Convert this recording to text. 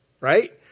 right